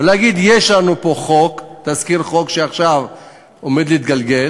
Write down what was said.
ולהגיד: יש לנו פה תזכיר חוק שעכשיו עומד להתגלגל.